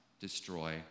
destroy